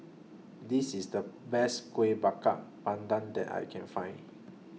This IS The Best Kuih Bakar Pandan that I Can Find